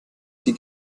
sie